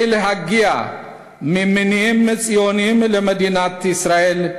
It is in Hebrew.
להגיע ממניעים ציוניים למדינת ישראל,